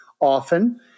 often